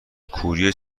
کوری